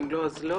אם לא, אז לא